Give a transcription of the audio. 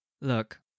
Look